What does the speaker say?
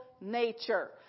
nature